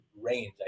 range